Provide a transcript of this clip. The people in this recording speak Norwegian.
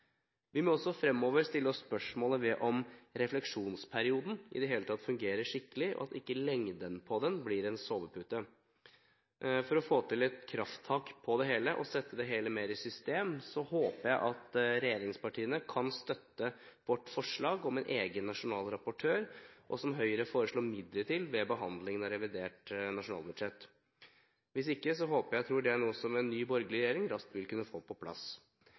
Vi må også fremover stille oss spørsmålet om refleksjonsperioden i det hele tatt fungerer skikkelig, og at ikke lengden på den blir en sovepute. For å få til et krafttak på det hele og sette det hele mer i system håper jeg at regjeringspartiene kan støtte vårt forslag om en egen nasjonal rapportør, som Høyre foreslo midler til ved behandlingen av revidert nasjonalbudsjett. Hvis ikke håper jeg og tror det er noe som en ny borgerlig regjering raskt vil kunne få på plass.